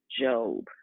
Job